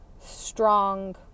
strong